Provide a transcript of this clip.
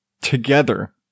together